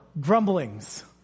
grumblings